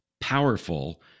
powerful